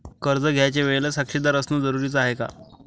कर्ज घ्यायच्या वेळेले साक्षीदार असनं जरुरीच हाय का?